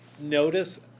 notice